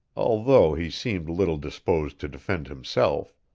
although he seemed little disposed to defend himself,